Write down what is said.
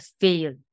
fail